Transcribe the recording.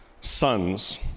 sons